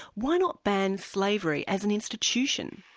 why not ban slavery as an institution?